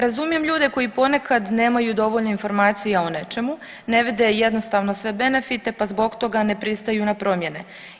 Razumijem ljude koji ponekad nemaju dovoljno informacija o nečemu, ne vide jednostavno sve benefite, pa zbog toga ne pristaju na promjene.